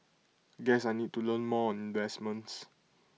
guess I need to learn more on investments